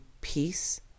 peace